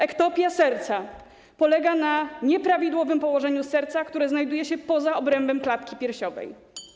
Ektopia serca polega na nieprawidłowym położeniu serca, które znajduje się poza obrębem klatki piersiowej.